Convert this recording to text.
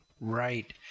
Right